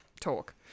talk